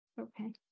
okay